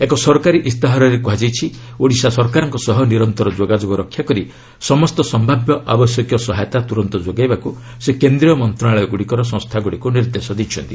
ଏକ ସରକାରୀ ଇସ୍ତାହାରରେ କ୍ରହାଯାଇଛି ଓଡ଼ିଶା ସରକାରଙ୍କ ସହ ନିରନ୍ତର ଯୋଗାଯୋଗ ରକ୍ଷା କରି ସମସ୍ତ ସମ୍ଭାବ୍ୟ ଆବଶ୍ୟକୀୟ ସହାୟତା ତୂରନ୍ତ ଯୋଗାଇବାକୃ ସେ କେନ୍ଦ୍ରୀୟ ମନ୍ତ୍ରଣାଳୟଗୁଡ଼ିକର ସଂସ୍ଥାଗୁଡ଼ିକୁ ନିର୍ଦ୍ଦେଶ ଦେଇଛନ୍ତି